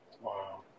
Wow